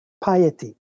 piety